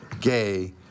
gay